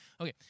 okay